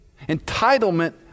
Entitlement